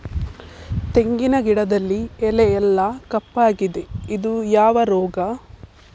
ತೆಂಗಿನ ಗಿಡದಲ್ಲಿ ಎಲೆ ಎಲ್ಲಾ ಕಪ್ಪಾಗಿದೆ ಇದು ಯಾವ ರೋಗ?